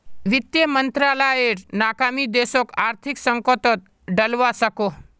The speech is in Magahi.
वित मंत्रालायेर नाकामी देशोक आर्थिक संकतोत डलवा सकोह